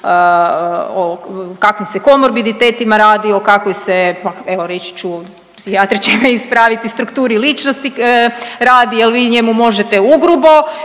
o kakvim se komorbitetima radi, o kakvoj se pak evo reći ću, psihijatri će me ispraviti, strukturi ličnosti radi, jel vi njemu možete ugrubo